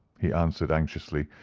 he answered anxiously,